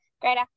great